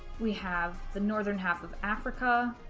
we have the northern half of africa,